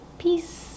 Peace